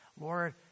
Lord